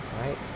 right